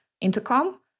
Intercom